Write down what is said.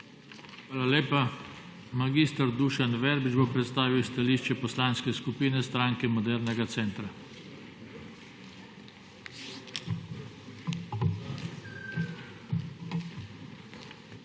Hvala lepa. Mag. Dušan Verbič bo predstavil stališče Poslanske skupine Stranke modernega centra. MAG.